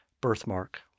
Birthmark